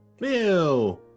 Ew